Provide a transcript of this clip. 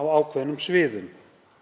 á ákveðnum sviðum.